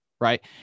right